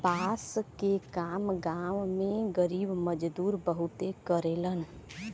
बांस के काम गांव में गरीब मजदूर बहुते करेलन